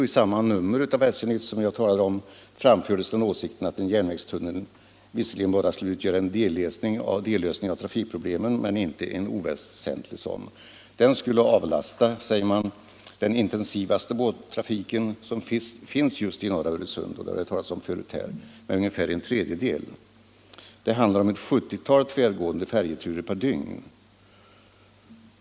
I samma nummer av SJ-Nytt framfördes åsikten att en järnvägstunnel visserligen bara skulle utgöra en dellösning av trafikproblemen men en icke oväsentlig sådan. Den skulle avlasta, säger man, den intensivaste båttrafiken, som finns just i norra Öresund, med en tredjedel. Det handlar om ett sjuttiotal tvärgående färjeturer per dygn.